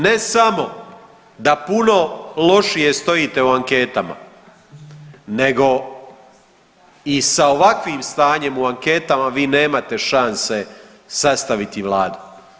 Ne samo da puno lošije stojite u anketama nego i sa ovakvim stanjem u anketama vi nemate šanse sastaviti Vladu.